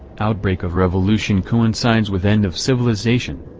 outbreak of revolution coincides with end of civilization.